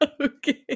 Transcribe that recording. Okay